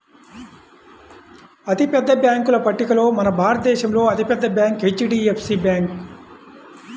అతిపెద్ద బ్యేంకుల పట్టికలో మన భారతదేశంలో అతి పెద్ద బ్యాంక్ హెచ్.డీ.ఎఫ్.సీ బ్యాంకు